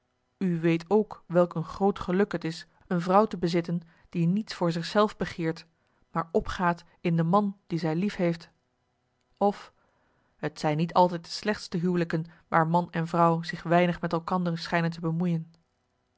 u weet ook welk een groot geluk het is een vrouw te bezitten die niets voor zich zelf begeert maar opgaat in de marcellus emants een nagelaten bekentenis man die zij lief heeft of het zijn niet altijd de slechtste huwelijken waar man en vrouw zich weinig met elkander schijnen te bemoeien